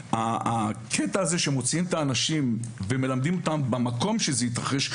הקטע הזה שמוציאים את האנשים מלמדים אותם במקום בו זה התרחש,